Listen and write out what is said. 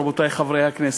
רבותי חברי הכנסת,